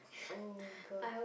!oh-my-gosh!